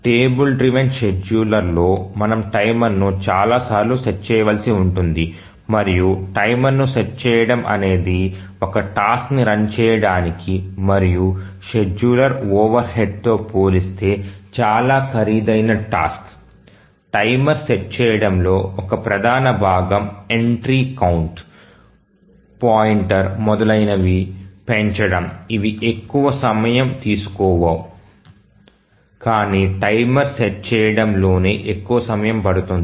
table driven షెడ్యూలర్లో మనం టైమర్ను చాలా సార్లు సెట్ చేయవలసి ఉంటుంది మరియు టైమర్ను సెట్ చేయడం అనేది ఇది ఒక టాస్క్ ని రన్ చేయడానికి మరియు షెడ్యూలర్ ఓవర్హెడ్తో పోలిస్తే చాలా ఖరీదైన టాస్క్ టైమర్ సెట్ చేయడంలో ఒక ప్రధాన భాగం ఎంట్రీ కౌంట్ పాయింటర్ మొదలైనవి పెంచడం ఇవి ఎక్కువ సమయం తీసుకోవు కానీ టైమర్ సెట్ చేయడంలోనే ఎక్కువ సమయం పడుతుంది